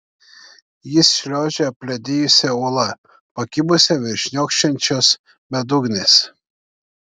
jis šliaužia apledijusia uola pakibusia virš šniokščiančios bedugnės